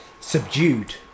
subdued